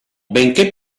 benché